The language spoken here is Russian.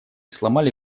сломали